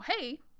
hey